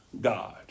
God